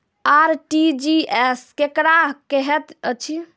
RTGS केकरा कहैत अछि?